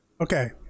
okay